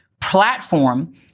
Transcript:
platform